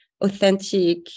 authentic